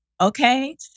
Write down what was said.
okay